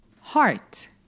heart